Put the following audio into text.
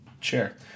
chair